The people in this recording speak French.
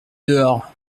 dehors